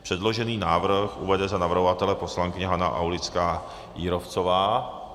Předložený návrh uvede za navrhovatele poslankyně Hana Aulická Jírovcová.